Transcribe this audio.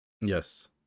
Yes